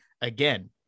again